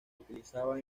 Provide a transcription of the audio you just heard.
utilizaban